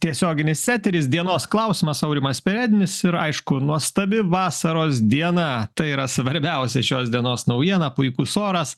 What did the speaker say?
tiesioginis eteris dienos klausimas aurimas perednis ir aišku nuostabi vasaros diena tai yra svarbiausia šios dienos naujiena puikus oras